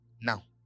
Now